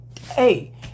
Hey